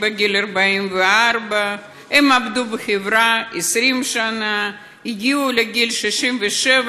היא בגיל 44. הם עבדו בחברה 20 שנה והגיעו לגיל 67,